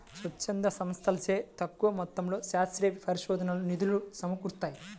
స్వచ్ఛంద సంస్థలచే తక్కువ మొత్తంలో శాస్త్రీయ పరిశోధనకు నిధులు సమకూరుతాయి